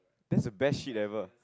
that's the best shit ever